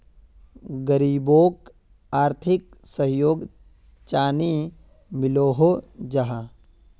गरीबोक आर्थिक सहयोग चानी मिलोहो जाहा?